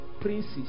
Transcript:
princes